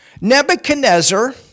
Nebuchadnezzar